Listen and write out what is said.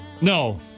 No